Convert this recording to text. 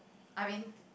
I mean